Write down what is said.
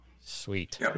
Sweet